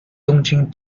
东京